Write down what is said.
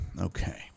Okay